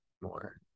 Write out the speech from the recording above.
more